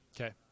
Okay